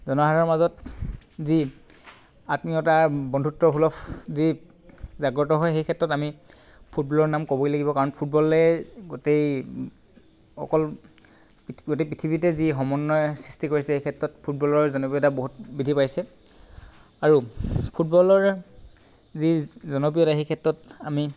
জনসাধাৰণৰ মাজত যি আত্মীয়তা বন্ধুত্ব সুলভ যি জাগ্ৰত হয় সেই ক্ষেত্ৰত আমি ফুটবলৰ নাম ক'বই লাগিব কাৰণ ফুটবলে গোটেই অকল গোটেই পৃথিৱীতে যি সমন্বয়ৰ সৃষ্টি কৰিছে এই ক্ষেত্ৰত ফুটবলৰ জনপ্ৰিয়তা বহুত বৃদ্ধি পাইছে আৰু ফুটবলৰ যি জনপ্ৰিয়তা সেই ক্ষেত্ৰত আমি